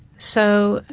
so,